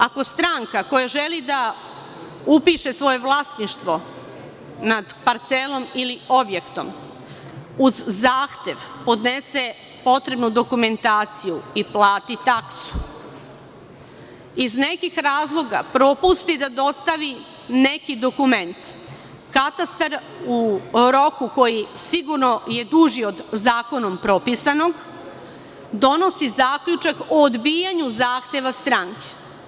Ako stranka koja želi da upiše svoje vlasništvo nad parcelom ili objektom, uz zahtev, podnese i potrebnu dokumentaciju i plati taksu, iz nekih razloga propusti da dostavi neki dokument, katastar u roku, koji je sigurno duži od zakonom propisanog, donosi zaključak o odbijanju zahteva stranke.